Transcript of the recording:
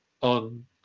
on